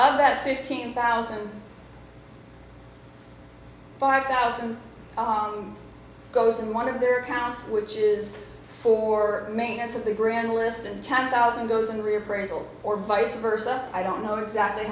that fifteen thousand five thousand goes in one of their accounts which is for maintenance of the grand list and ten thousand goes on reappraisal or vice versa i don't know exactly